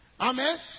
Amen